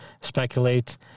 speculate